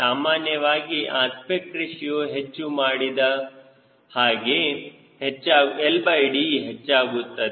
ಸಾಮಾನ್ಯವಾಗಿ aspect ratio ಹೆಚ್ಚು ಮಾಡಿದಾಗ LD ಹೆಚ್ಚಾಗುತ್ತದೆ